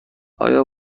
آیا